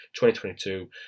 2022